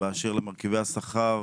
באשר למרכיבי השכר